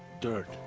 dirt.